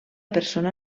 persona